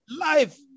Life